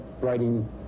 writing